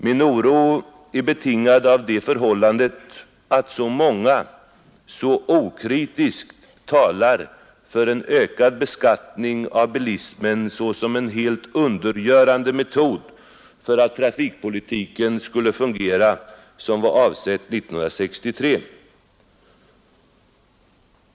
Min oro är betingad av det förhållandet att så många så okritiskt talar för en ökad beskattning av bilismen såsom en helt undergörande metod för att trafikpolitiken skulle fungera som var avsett 1963.